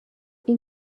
این